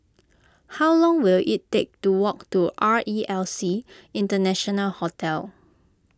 how long will it take to walk to R E L C International Hotel